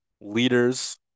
leaders